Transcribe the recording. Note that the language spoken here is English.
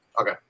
Okay